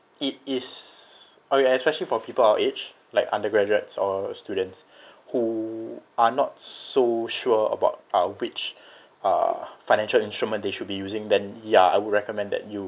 it is okay especially for people our age like undergraduates or students who are not so sure about uh which uh financial instrument they should be using then ya I would recommend that you